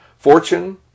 Fortune